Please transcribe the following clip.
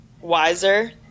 wiser